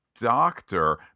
doctor